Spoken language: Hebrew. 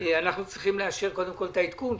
אנחנו צריכים לאשר קודם כל את העדכון.